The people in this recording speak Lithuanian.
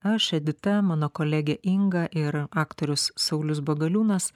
aš edita mano kolegė inga ir aktorius saulius bagaliūnas